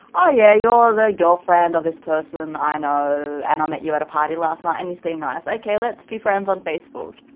oh yeah, you're the girlfriend of this person i know and i met you at a party last night and you seemed nice, okay, let's be friends on facebook.